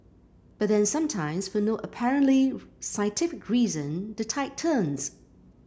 but then sometimes for no apparently scientific reason the tide turns